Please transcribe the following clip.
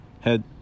head